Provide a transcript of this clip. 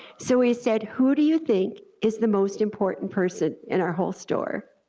so he said who do you think is the most important person in our whole store?